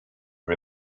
wir